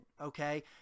okay